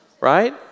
right